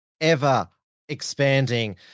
ever-expanding